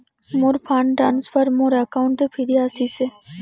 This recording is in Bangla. মোর ফান্ড ট্রান্সফার মোর অ্যাকাউন্টে ফিরি আশিসে